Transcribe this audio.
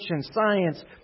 science